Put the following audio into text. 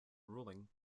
ruling